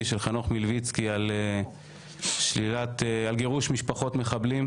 הצעת חוק של חנוך מילביצקי על גירוש משפחות מחבלים,